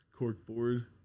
Corkboard